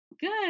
good